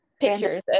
pictures